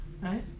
right